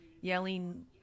yelling